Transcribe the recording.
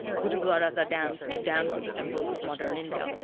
gurudwaras, or dams, to dams of the temples of modern india.